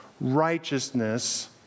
righteousness